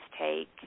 take